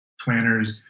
planners